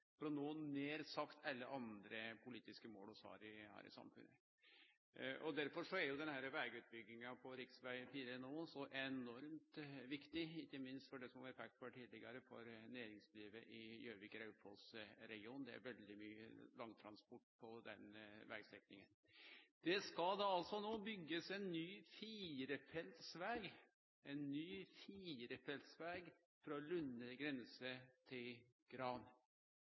for å nå nær sagt alle andre politiske mål vi har her i samfunnet. Derfor er vegutbygginga på rv. 4 no så enormt viktig, ikkje minst for det som er peikt på her tidlegare, for næringslivet i Gjøvik–Raufoss-regionen. Det er veldig mykje langtransport på den vegstrekninga. Der skal det altså no byggjast ein ny firefelts veg frå Lunner grense til